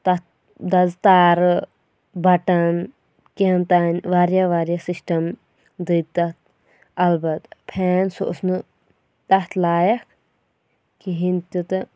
تَتھ دَز تارٕ بَٹَن کینٛہہ تانۍ واریاہ واریاہ سِسٹَم دٔد تَتھ اَلبَت پھین سُہ اوس نہٕ تَتھ لایق کِہیٖنۍ تہِ تہٕ